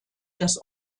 das